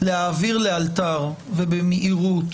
להעביר לאלתר ובמהירות